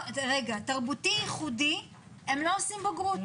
תרבותי ייחודי הם לא עושים בגרות,